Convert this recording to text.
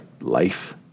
life